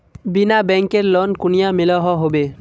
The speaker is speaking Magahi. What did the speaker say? बिना बैंकेर लोन कुनियाँ मिलोहो होबे?